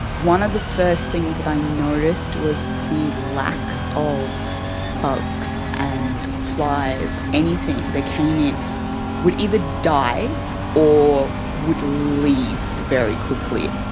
one of the first things i noticed was the lack of bugs and flies. anything that came in would either die or would leave very quickly.